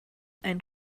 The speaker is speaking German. ein